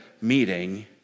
meeting